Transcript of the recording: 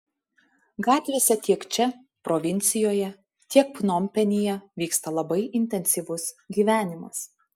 gatvėse tiek čia provincijoje tiek pnompenyje vyksta labai intensyvus gyvenimas